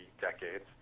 decades